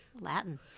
Latin